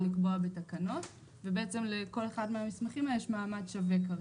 לקבוע בתקנות ובעצם לכל אחד מהמסמכים האלה יש מעמד שווה כרגע.